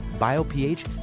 BioPH